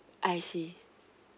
I see